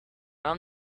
none